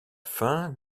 fin